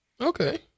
Okay